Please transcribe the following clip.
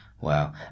Wow